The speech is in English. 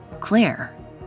Claire